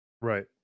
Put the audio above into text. Right